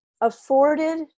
afforded